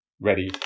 ready